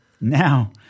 Now